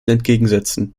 entgegensetzen